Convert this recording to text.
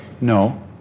No